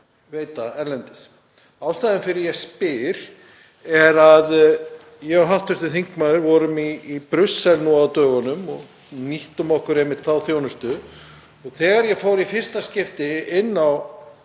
veita erlendis. Ástæðan fyrir að ég spyr er að ég og hv. þingmaður vorum í Brussel nú á dögunum og nýttum okkur einmitt þá þjónustu og þegar ég fór í fyrsta skipti inn á